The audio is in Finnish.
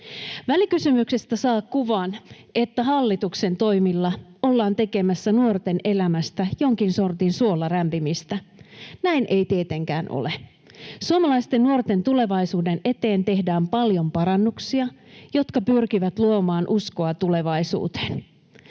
Välikysymyksestä saa kuvan, että hallituksen toimilla ollaan tekemässä nuorten elämästä jonkin sortin suolla rämpimistä. Näin ei tietenkään ole. Suomalaisten nuorten tulevaisuuden eteen tehdään paljon parannuksia, jotka pyrkivät luomaan uskoa tulevaisuuteen.